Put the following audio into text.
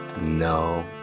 no